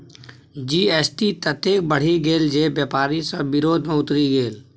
GST ततेक बढ़ि गेल जे बेपारी सभ विरोध मे उतरि गेल